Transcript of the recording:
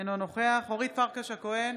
אינו נוכח אורית פרקש הכהן,